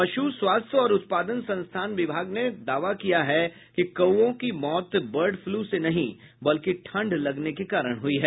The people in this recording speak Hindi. पश् स्वास्थ्य और उत्पादन संस्थान विभाग ने दावा किया है कि कौओ की मौत बर्ड फ्लू से नहीं बल्कि ठंड लगने के कारण हुई है